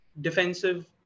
defensive